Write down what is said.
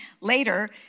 later